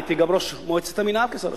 הייתי גם ראש מועצת המינהל כשר השיכון.